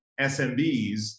smbs